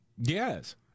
Yes